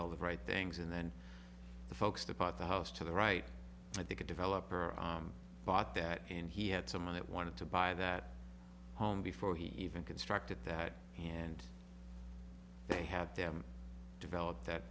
all the right things and then the folks that bought the house to the right i think a developer bought that and he had someone that wanted to buy that home before he even constructed that and they had them develop that